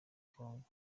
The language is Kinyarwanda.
congo